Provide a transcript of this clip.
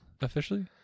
officially